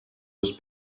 was